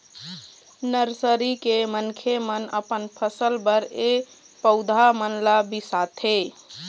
nursery के मनखे मन अपन फसल बर ए पउधा मन ल बिसाथे